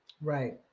Right